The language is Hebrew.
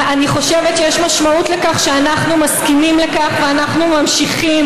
אני חושבת שיש משמעות לכך שאנחנו מסכימים לכך ואנחנו ממשיכים